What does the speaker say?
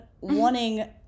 wanting